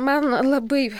man labai